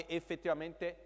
effettivamente